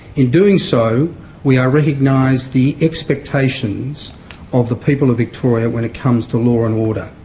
in doing so we are recognising the expectations of the people of victoria when it comes to law and order.